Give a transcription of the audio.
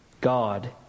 God